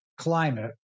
climate